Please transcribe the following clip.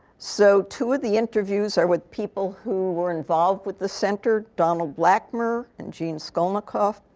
so two of the interviews are with people who were involved with the center donald blackmer and jean shkolnikov.